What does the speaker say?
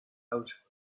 out